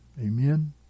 Amen